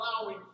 allowing